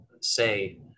say